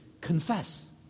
confess